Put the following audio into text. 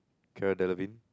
Cara-Delevingne